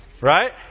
Right